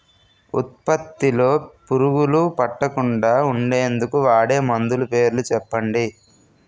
ఉత్పత్తి లొ పురుగులు పట్టకుండా ఉండేందుకు వాడే మందులు పేర్లు చెప్పండీ?